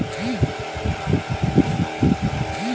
मुकत्कोर का एकमात्र कार्य रानी के साथ संभोग करना है